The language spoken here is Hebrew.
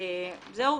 זהו.